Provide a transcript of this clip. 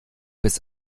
bis